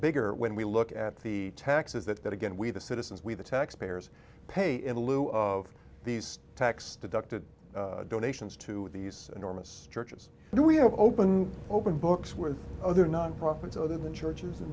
bigger when we look at the taxes that again we the citizens we the taxpayers pay in lieu of these tax deducted donations to these enormous churches do we have open open books with other non profits other than churches and